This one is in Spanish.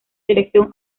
dirección